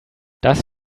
das